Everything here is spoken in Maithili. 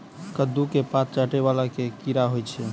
कद्दू केँ पात चाटय वला केँ कीड़ा होइ छै?